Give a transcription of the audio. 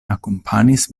akompanis